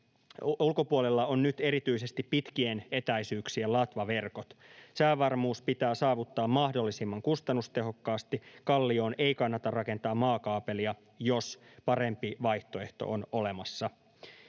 ulkopuolella ovat nyt erityisesti pitkien etäisyyksien latvaverkot. Säävarmuus pitää saavuttaa mahdollisimman kustannustehokkaasti. Kallioon ei kannata rakentaa maakaapelia, jos parempi vaihtoehto on olemassa.